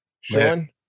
Sean